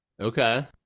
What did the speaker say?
Okay